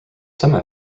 semi